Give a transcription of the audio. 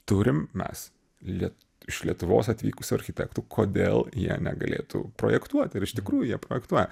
turim mes lie iš lietuvos atvykusių architektų kodėl jie negalėtų projektuot ir iš tikrųjų jie projektuoja